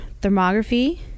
thermography